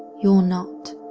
you're not.